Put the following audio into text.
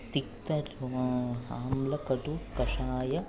तिक्तम् आम्लं कटुः कषायः